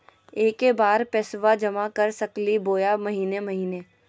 एके बार पैस्बा जमा कर सकली बोया महीने महीने?